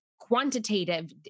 quantitative